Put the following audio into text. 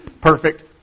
perfect